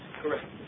correct